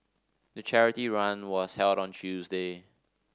the charity run was held on Tuesday